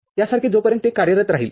यासारखे जोपर्यंत ते कार्यरत राहील